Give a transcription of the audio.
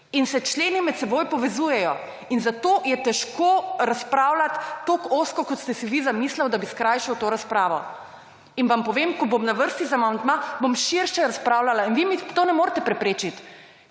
in se členi med seboj povezujejo in zato je težko razpravljati tako ozko kot ste si vi zamislil, da bi skrajšal to razpravo. In vam povem, ko bom na vrsti za amandma, bom širše razpravljala in vi mi to ne morete preprečiti,